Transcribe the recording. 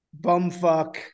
bumfuck